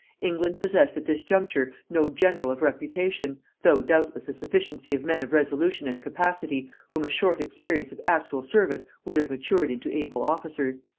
england possessed at this juncture no general of reputation, though, doubtless, a sufficiency of men of resolution and capacity whom a short experience of actual service would have matured into able officers.